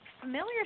familiar